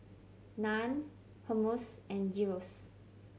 Naan Hummus and Gyros